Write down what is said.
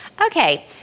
Okay